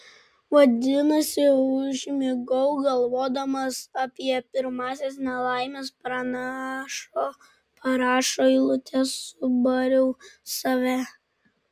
vadinasi užmigau galvodamas apie pirmąsias nelaimės pranašo parašo eilutes subariau save